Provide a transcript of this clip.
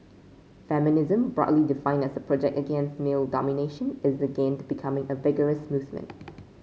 feminism broadly defined as a project against male domination is again becoming a vigorous movement